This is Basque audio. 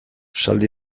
esaldi